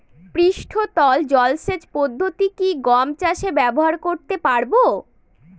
পৃষ্ঠতল জলসেচ পদ্ধতি কি গম চাষে ব্যবহার করতে পারব?